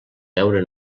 deure